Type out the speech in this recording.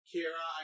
Kira